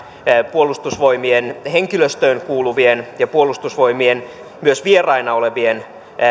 puolustusvoimien henkilöstöön kuuluvien ja myös puolustusvoimien vieraana olevien